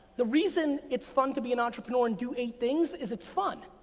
the reason it's fun to be an entrepreneur and do eight things is it's fun,